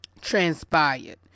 transpired